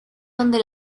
donde